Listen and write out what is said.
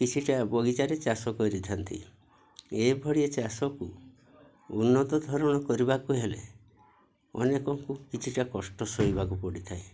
କିଛିଟା ବଗିଚାରେ ଚାଷ କରିଥାନ୍ତି ଏହିଭଳିଆ ଚାଷକୁ ଉନ୍ନତ ଧରଣ କରିବାକୁ ହେଲେ ଅନେକଙ୍କୁ କିଛିଟା କଷ୍ଟ ଶୋଇବାକୁ ପଡ଼ିଥାଏ